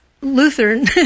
Lutheran